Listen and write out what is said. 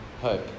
hope